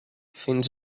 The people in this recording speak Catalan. fins